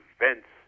events